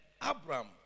Abram